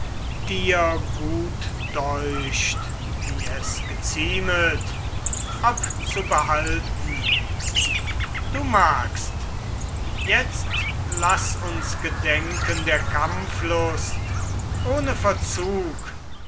dir gut deucht wie es geziemet ob zu behalten du magst jetzt laß uns gedenken der kampflust ohne verzug